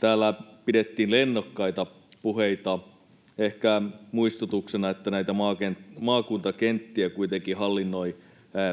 Täällä pidettiin lennokkaita puheita. Ehkä muistutuksena, että näitä maakuntakenttiä kuitenkin hallinnoi